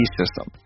system